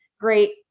great